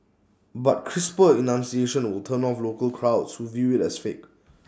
but crisper enunciation will turn off local crowds who view IT as fake